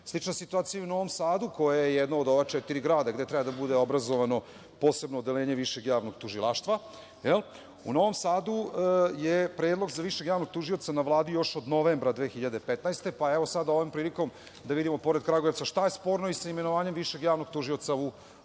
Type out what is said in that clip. stanju? Slična situacija je i u Novom Sadu, koji je jedan od ova četiri grada gde treba da bude obrazovano posebno odeljenje Višeg javnog tužilaštva. U Novom Sadu je predlog za višeg javnog tužioca na Vladi još od novembra 2015. godine, pa sada ovom prilikom da vidimo, pored Kragujevca, šta je sporno i sa imenovanjem višeg javnog tužioca u Novom